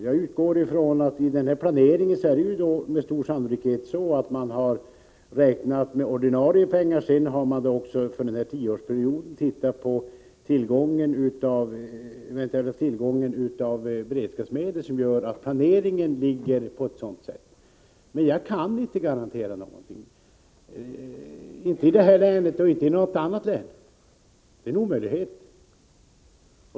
Jag utgår ifrån att man i planeringen har räknat med ordinarie pengar och att man sedan också för denna tioårsperiod har sett till den eventuella tillgången på beredskapsmedel, vilket har betydelse för planeringen. Men jag kan inte garantera någonting i detta läge, och inte i något annat läge — det är en omöjlighet.